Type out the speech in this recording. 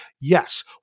Yes